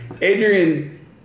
Adrian